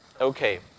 Okay